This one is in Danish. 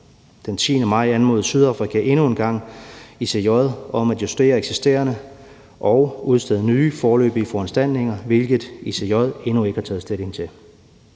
Den 10. maj anmodede Sydafrika endnu en gang ICJ om at justere eksisterende foranstaltninger og udstede nye foreløbige foranstaltninger, hvilket ICJ endnu ikke har taget stilling til.